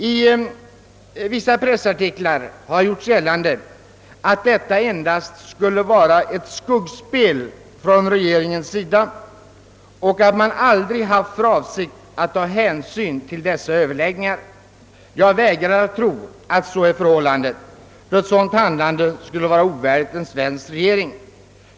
I vissa pressartiklar har gjorts gällande att detta endast skulle vara ett skuggspel från regeringens sida och att man aldrig haft för avsikt att ta hänsyn till dessa överläggningar. Jag väg rar att tro att så är förhållandet. Ett sådant handlande skulle vara ovärdigt en svensk regering.